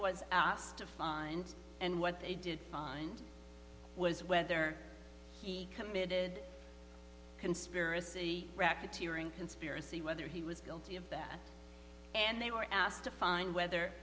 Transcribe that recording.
was asked to find and what they did find was whether he committed conspiracy racketeering conspiracy whether he was guilty of that and they were asked to find whether